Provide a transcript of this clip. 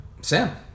Sam